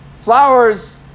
flowers